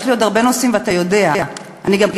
יש לי עוד הרבה נושאים,